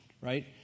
right